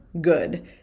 good